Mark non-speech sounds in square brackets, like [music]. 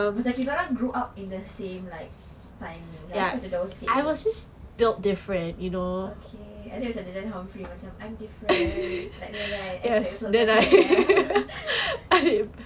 macam kita orang grew up in the same like timing tapi macam jauh sikit gitu okay adik macam the humphrey macam I'm different like me right X_O_X_O gossip girl [laughs]